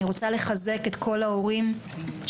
אני רוצה לחזק את כל ההורים שנמצאים